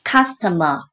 Customer